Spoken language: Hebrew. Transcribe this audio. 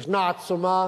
ישנה עצומה